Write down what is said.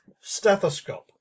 Stethoscope